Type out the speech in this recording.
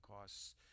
costs